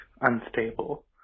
unstable